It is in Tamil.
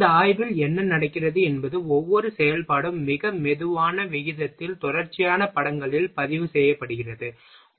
இந்த ஆய்வில் என்ன நடக்கிறது என்பது ஒவ்வொரு செயல்பாடும் மிக மெதுவான விகிதத்தில் தொடர்ச்சியான படங்களில் பதிவு செய்யப்படுகிறது